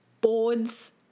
boards